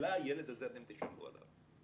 ממילא הילד הזה, אתם תשלמו עליו.